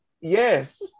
Yes